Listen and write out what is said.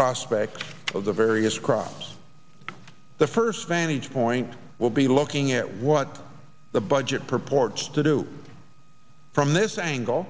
prospects of the various crops the first vantage point will be looking at what the budget purports to do from this angle